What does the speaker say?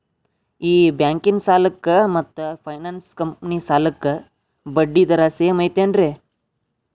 ಈ ಬ್ಯಾಂಕಿನ ಸಾಲಕ್ಕ ಮತ್ತ ಫೈನಾನ್ಸ್ ಕಂಪನಿ ಸಾಲಕ್ಕ ಬಡ್ಡಿ ದರ ಸೇಮ್ ಐತೇನ್ರೇ?